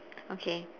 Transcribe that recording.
okay